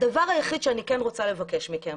אני רוצה לבקש מכם